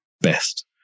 best